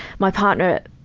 my partner, ah,